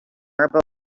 about